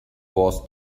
was